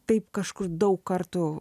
taip kažkur daug kartų